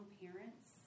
parents